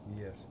Yes